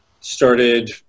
started